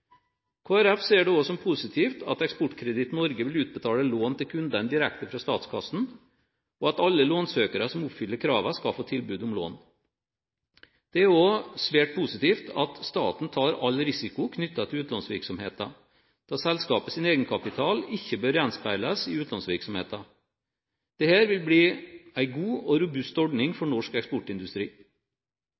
ser det også som positivt at Eksportkreditt Norge vil utbetale lån til kundene direkte fra statskassen, og at alle lånsøkere som oppfyller kravene, skal få tilbud om lån. Det er også svært positivt at staten tar all risiko knyttet til utlånsvirksomheten, da selskapets egenkapital ikke bør gjenspeiles i utlånsvirksomheten. Dette vil bli en god og robust ordning for norsk eksportindustri.